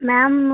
ma'am